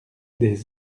des